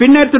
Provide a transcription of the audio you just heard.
பின்னர் திரு